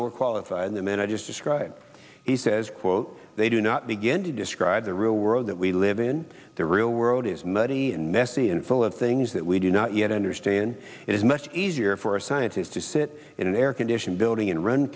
more qualified than man i just described he says quote they do not begin to describe the real world that we live in the real world is muddy and messy and full of things that we do not yet understand it is much easier for a scientist to sit in an air conditioned building and run